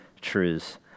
truths